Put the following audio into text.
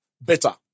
better